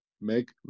make